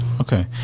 Okay